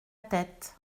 tête